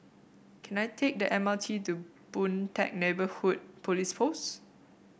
can I take the M R T to Boon Teck Neighbourhood Police Post